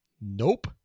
Nope